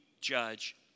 judge